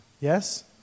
Yes